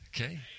Okay